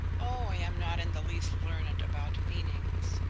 oh, i am not in the least learned about meanings,